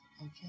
Okay